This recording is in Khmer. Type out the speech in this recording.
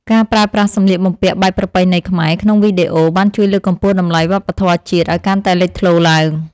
ការប្រើប្រាស់សំលៀកបំពាក់បែបប្រពៃណីខ្មែរក្នុងវីដេអូបានជួយលើកកម្ពស់តម្លៃវប្បធម៌ជាតិឱ្យកាន់តែលេចធ្លោឡើង។